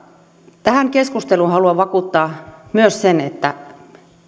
turvaverkkoja mutta tähän keskusteluun haluan vakuuttaa myös sen että